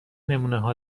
نمونهها